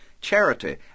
charity